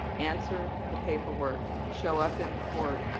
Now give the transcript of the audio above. answer the paperwork. show up in court.